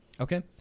Okay